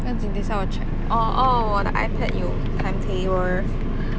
不用紧等一下我 check orh orh 我的 ipad 有 timetable